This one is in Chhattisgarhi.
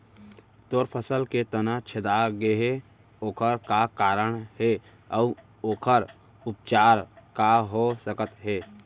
मोर फसल के तना छेदा गेहे ओखर का कारण हे अऊ ओखर उपचार का हो सकत हे?